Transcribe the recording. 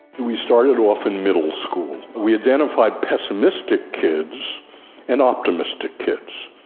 we started off in middle school. we identified pessimistic kids and optimistic kids.